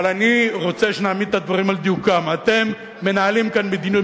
אבל אני רוצה שנעמיד את הדברים על דיוקם: אתם מנהלים כאן מדיניות,